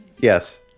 Yes